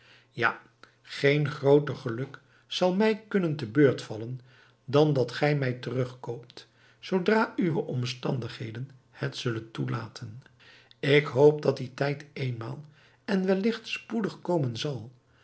ja geen grooter geluk zal mij kunnen te beurt vallen dan dat gij mij terugkoopt zoodra uwe omstandigheden het zullen toelaten ik hoop dat die tijd éénmaal en welligt spoedig komen zal